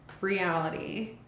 reality